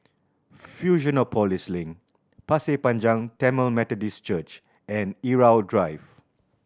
Fusionopolis Link Pasir Panjang Tamil Methodist Church and Irau Drive